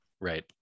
Right